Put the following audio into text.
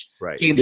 Right